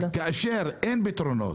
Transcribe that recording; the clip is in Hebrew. כאשר אין פתרונות,